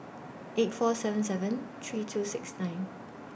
eight four seven seven three two six nine